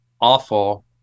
awful